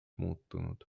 muutunud